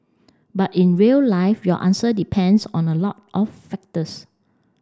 but in real life your answer depends on a lot of factors